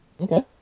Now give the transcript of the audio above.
Okay